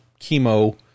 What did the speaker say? chemo